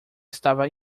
estava